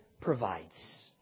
provides